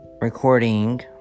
recording